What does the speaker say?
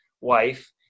wife